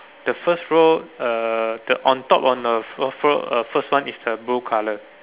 the first row uh the on top on a floor floor uh first one is the blue colour